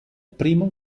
primo